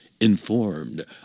informed